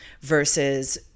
versus